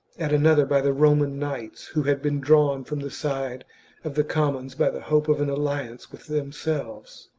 at another by the roman knights who had been drawn from the side of the commons by the hope of an alliance with themselves.